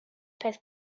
peth